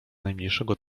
najmniejszego